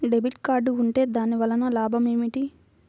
Debit card ఉంటే దాని వలన లాభం ఏమిటీ?